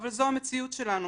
אבל זו המציאות שלנו,